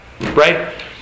Right